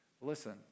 Listen